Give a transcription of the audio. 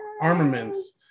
armaments